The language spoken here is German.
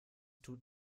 tut